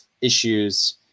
issues